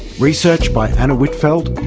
research by anna whitfeld,